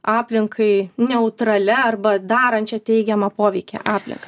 aplinkai neutralia arba darančia teigiamą poveikį aplinkai